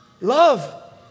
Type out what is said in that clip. Love